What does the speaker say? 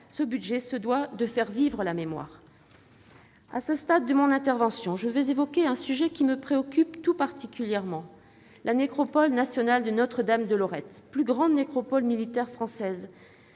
ce budget se doit de faire vivre la mémoire ! À ce stade de mon intervention, je veux évoquer un sujet qui me préoccupe tout particulièrement : celui de la nécropole nationale de Notre-Dame-de-Lorette, plus grande nécropole militaire française